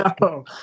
No